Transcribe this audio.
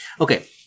Okay